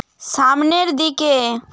সামনের দিকে